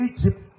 Egypt